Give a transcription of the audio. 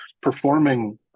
performing